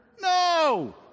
No